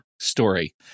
story